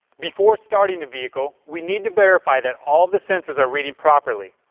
before starting the vehicle, we need to verify that all of the sensors are reading properly.